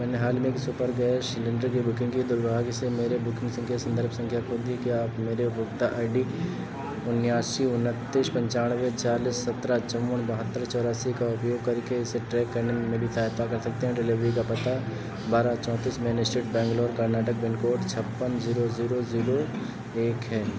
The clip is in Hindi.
मैंने हाल ही में एक सुपर गैस सिलेंडर की बुकिंग की दुर्भाग्य से मैंने बुकिंग संख्या संदर्भ संख्या खो दी क्या आप मेरे उपभोक्ता आई डी उन्नयासी उन्नत्तीस पंचनावे चालिस सतरह चौवन बहत्तर चौरासी का उपयोग करके इसे ट्रैक करने में मेरी सहायता कर सकते हैं डिलीवरी का पता बारह चौंतीस main street Bangalore Karnataka pin code छप्पन ज़ीरो ज़ीरो ज़ीरो एक है